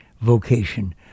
vocation